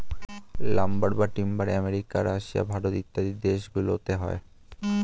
lumber বা timber America, Russia, Bharat ইত্যাদি দেশ গুলোতে হয়